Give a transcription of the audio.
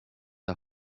are